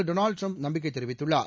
Donald Trump நம்பிக்கை தெரிவித்துள்ளார்